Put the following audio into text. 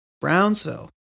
Brownsville